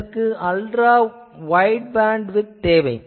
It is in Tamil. இதற்கு அல்ட்ரா வைட் பேண்ட்விட்த் தேவை